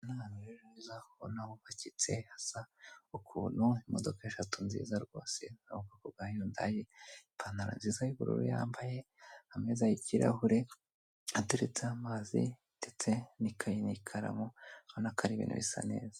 Aha ni ahantu rero heza ubona ko hubakitse, hasa ukuntu, imodoka eshatu nziza rwose zo mu bwoko bwa Yundayi, ipantaro nziza y'ubururu yambaye, ameza y'kirahure ateretseho amazi ndetse n'ikayi n'ikaramu, ubona ko ari ibintu bisa neza.